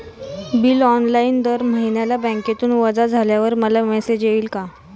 Bill online दर महिन्याला बँकेतून वजा झाल्यावर मला मेसेज येईल का?